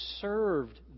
served